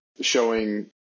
showing